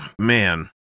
man